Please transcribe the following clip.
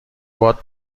باد